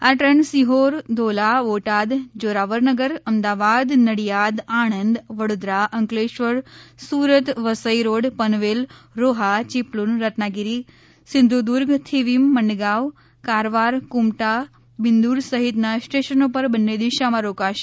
આ train Sihor Dhola Botad Joravarnagar Ahmedabad Nadiad Anand Vadodara Ankleshwar Surat Vasai road Panvel Roha Chiplun Ratnagiri Sindhudurg Thivim Madgaon Karwar Kumta Byndoor સહિતના સ્ટેશનો પર બંને દિશામાં રોકાશે